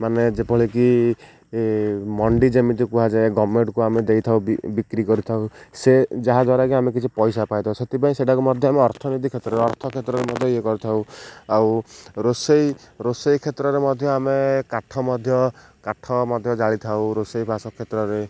ମାନେ ଯେଭଳିକି ମଣ୍ଡି ଯେମିତି କୁହାଯାଏ ଗଭ୍ମେଣ୍ଟ୍କୁ ଆମେ ଦେଇଥାଉ ବିକ୍ରି କରିଥାଉ ସେ ଯାହାଦ୍ୱାରାକି ଆମେ କିଛି ପଇସା ପାଇଥାଉ ସେଥିପାଇଁ ସେଟାକୁ ମଧ୍ୟ ଆମେ ଅର୍ଥନୀତି କ୍ଷେତ୍ରରେ ଅର୍ଥ କ୍ଷେତ୍ରରେ ମଧ୍ୟ ଇଏ କରିଥାଉ ଆଉ ରୋଷେଇ ରୋଷେଇ କ୍ଷେତ୍ରରେ ମଧ୍ୟ ଆମେ କାଠ ମଧ୍ୟ କାଠ ମଧ୍ୟ ଜାଳିଥାଉ ରୋଷେଇ ବାସ କ୍ଷେତ୍ରରେ